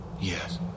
Yes